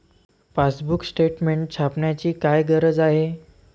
Passbook statement छापण्याची काय गरज आहे?